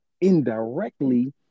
indirectly